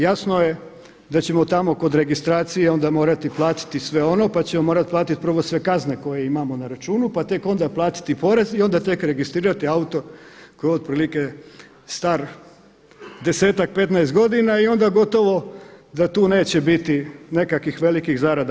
Jasno je da ćemo tamo kod registracije onda morati platiti sve ono, pa ćemo morati platiti prvo sve kazne koje imamo na računu, pa tek onda platiti porez i onda tek registrirati auto koji je otprilike star 10-tak, 15 godina i onda gotovo da tu neće biti nekakvih velikih zarada.